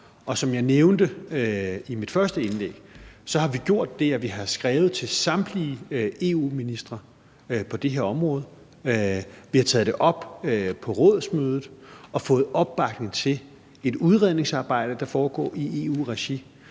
Og som jeg nævnte i mit første indlæg, har vi gjort det, at vi har skrevet til samtlige EU-ministre på det her område, og vi har taget det op på rådsmødet og fået opbakning til et udredningsarbejde, der foregår i EU-regi,